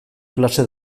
klase